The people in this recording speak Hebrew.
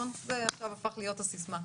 זה עכשיו הפך להיות הסיסמה.